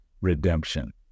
redemption